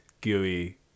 gooey